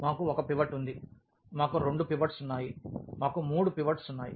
మాకు ఒక పివట్ ఉంది మాకు రెండు పివట్స్ ఉన్నాయి మాకు మూడు పివట్స్ ఉన్నాయి